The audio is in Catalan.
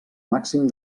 màxim